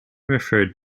referred